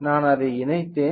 எனவே நான் அதை இணைத்தேன்